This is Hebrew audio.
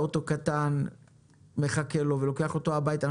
באוטו קטן מחכה לוקח אותו הביתה,